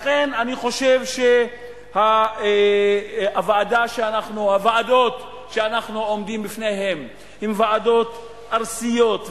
לכן אני חושב שהוועדות שאנחנו עומדים בפניהן הן ועדות ארסיות,